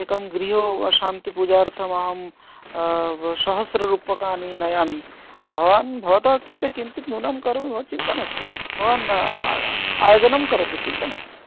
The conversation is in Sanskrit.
एकं गृशान्तिपूजार्थं अहं सहस्ररूप्यकानि नयामि भवान् भवत कृते किञ्चित् न्यूनं करोमि चिन्ता नास्ति भवान् आयोजनं करोतु चिन्ता नास्ति